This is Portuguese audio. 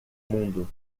mundo